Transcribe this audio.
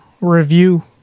review